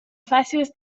fàcils